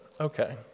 Okay